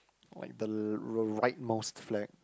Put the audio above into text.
like the l~ r~ right most flag